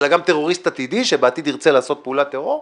אלא גם טרוריסט עתידי שבעתיד ירצה לעשות פעולת טרור?